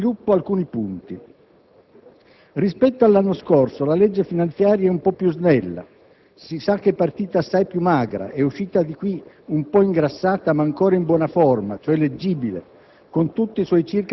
Sviluppo alcuni punti. Rispetto all'anno scorso la legge finanziaria è un po' più snella. Si sa che è partita assai più magra ed è uscita di qui un po' ingrassata, ma ancora in buona forma, cioè leggibile,